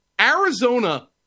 Arizona